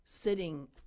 sitting